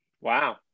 Wow